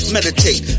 Meditate